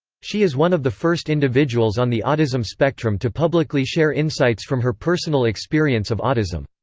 she is one of the first individuals on the autism spectrum to publicly share insights from her personal experience of autism.